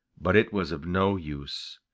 but it was of no use.